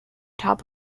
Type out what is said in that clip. top